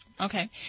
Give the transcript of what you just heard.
okay